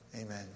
Amen